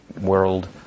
world